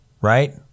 right